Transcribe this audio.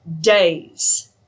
days